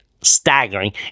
staggering